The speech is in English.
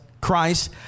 Christ